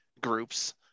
groups